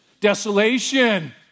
desolation